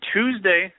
Tuesday